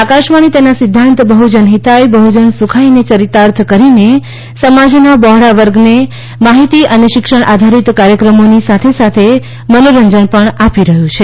આકાશવાણી તેના સિધ્ધાંત બહુજન હિતાય બહુજન સુખાયને ચરિતાર્થ કરીને સમાજના બહોળા વર્ગને માહિતી અને શિક્ષણ આધારિત કાર્યક્રમોની સાથે સાથે મનોરંજન પણ આપી રહ્યું છે